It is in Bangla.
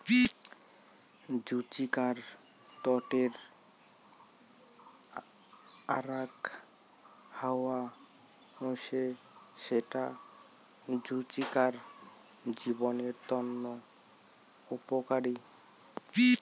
জুচিকার তটের আরাক হাওয়া হসে যেটা জুচিকার জীবদের তন্ন উপকারী